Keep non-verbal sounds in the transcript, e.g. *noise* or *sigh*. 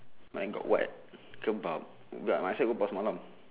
mine got what kebab *noise* might as well I go pasar malam